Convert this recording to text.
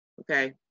Okay